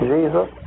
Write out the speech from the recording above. Jesus